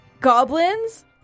goblins